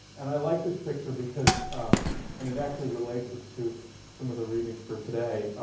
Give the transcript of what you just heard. and i like this picture because and it actually relates us to some of the readings for today.